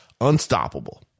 unstoppable